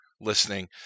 listening